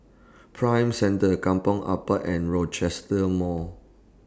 Prime Centre Kampong Ampat and Rochester Mall